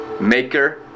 maker